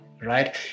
right